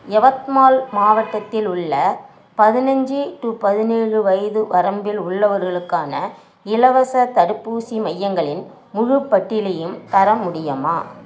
யவத்மால் மாவட்டத்தில் உள்ள பதினஞ்சு டூ பதினேழு வயது வரம்பில் உள்ளவர்களுக்கான இலவசத் தடுப்பூசி மையங்களின் முழுப்பட்டியலையும் தர முடியுமா